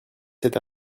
cet